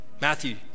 Matthew